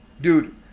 Dude